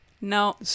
No